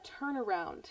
turnaround